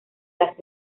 las